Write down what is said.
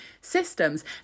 systems